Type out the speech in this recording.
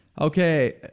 Okay